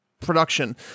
production